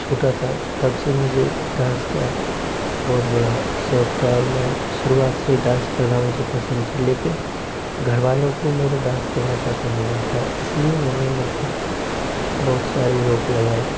छोटा था तबसे मुझे डांस का बहुत बड़ा शौक था और मैं शुरुवात से ही डांस करना मुझे पसंद था लेकिन घरवालों को मेरा डांस करना पसंद नही था इसीलिए उन्होंने मुझ पर बहुत सारी रोक लगायी